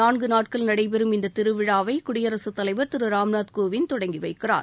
நான்கு நாட்கள் நடைபெறும் இந்த திருவிழாவை குடியரசுத் தலைவர் திரு ராம்நாத் கோவிந்த் தொடங்கி வைக்கிறார்